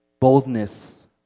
boldness